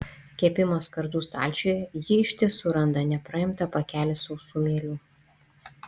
kepimo skardų stalčiuje ji iš tiesų randa nepraimtą pakelį sausų mielių